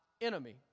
enemy